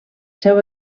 seu